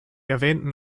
erwähnten